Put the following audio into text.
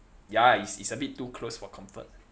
ya it's it's a bit too close for comfort